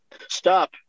Stop